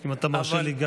אם אתה מרשה לי,